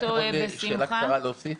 שאלה קצרה להוסיף.